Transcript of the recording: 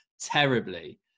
terribly